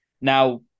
Now